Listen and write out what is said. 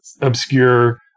obscure